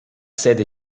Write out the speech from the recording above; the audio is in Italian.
sede